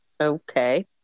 Okay